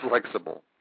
flexible